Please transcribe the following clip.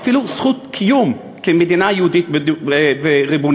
ואפילו זכות קיום כמדינה יהודית וריבונית.